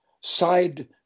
side